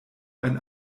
ein